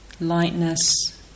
lightness